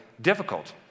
difficult